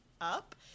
up